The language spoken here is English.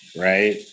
right